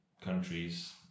countries